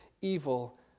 evil